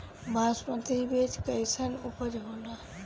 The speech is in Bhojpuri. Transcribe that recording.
बासमती बीज कईसन उपज होला?